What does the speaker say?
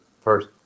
first